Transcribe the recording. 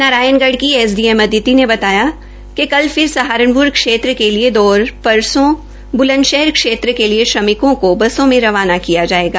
नारायणगढ़ के एसडीएम अदिती ने बताया कि कल फिर सहारनप्र क्षेत्र के लिए और परसो ब्लंदप्र क्षेत्र के लिए के लिए श्रमिकों को बसों में रवाना किया जायेगा